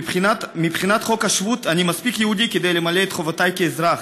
מבחינת חוק השבות אני מספיק יהודי כדי למלא את חובותיי כאזרח,